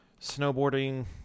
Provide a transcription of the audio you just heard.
snowboarding